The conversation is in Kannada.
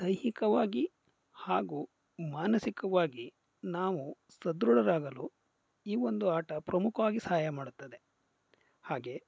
ದೈಹಿಕವಾಗಿ ಹಾಗೂ ಮಾನಸಿಕವಾಗಿ ನಾವು ಸದೃಢರಾಗಲು ಈ ಒಂದು ಆಟ ಪ್ರಮುಖವಾಗಿ ಸಹಾಯ ಮಾಡುತ್ತದೆ ಹಾಗೆ